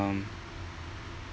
um